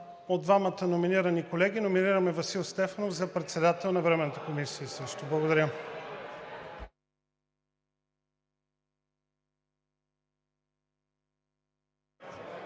от двамата номинирани колеги номинираме Васил Стефанов за председател на Временната комисия. Благодаря.